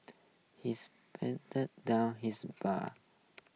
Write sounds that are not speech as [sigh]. he's [unintelligible] down his beer